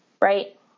Right